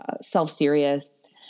self-serious